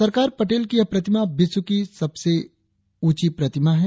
सरकार पटेल की यह प्रतिमा विश्व की सबसे ऊंची प्रतिमा है